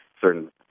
certain